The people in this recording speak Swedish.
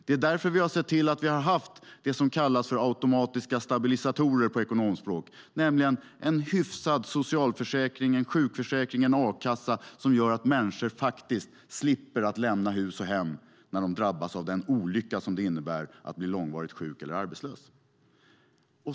Det är därför vi har sett till att ha det som på ekonomspråk kallas automatiska stabilisatorer, nämligen en hyfsad socialförsäkring, en sjukförsäkring och en a-kassa som gör att människor faktiskt slipper att lämna hus och hem när de drabbas av den olycka som det innebär att bli långvarigt sjuk eller arbetslös.